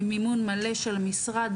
במימון מלא של המשרד,